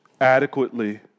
adequately